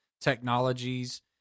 technologies